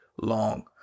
long